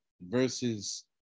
versus